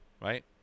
Right